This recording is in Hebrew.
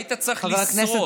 היית צריך לשרוד.